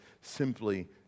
simply